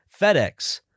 FedEx